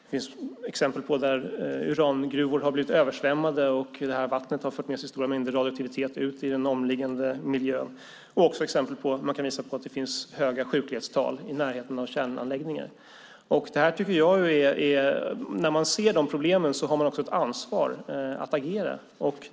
Det finns exempel där urangruvor har blivit översvämmade och vattnet har fört med sig stora mängder radioaktivitet ut i den omliggande miljön. Man kan också visa att det finns höga sjuklighetstal i närheten av kärnanläggningar. När vi ser dessa problem har vi också ett ansvar att agera.